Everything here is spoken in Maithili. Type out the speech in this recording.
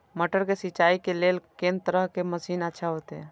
मटर के सिंचाई के लेल कोन तरह के मशीन अच्छा होते?